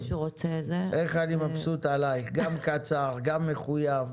איך אני מבסוט ממך גם קצר, גם מחויב.